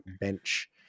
bench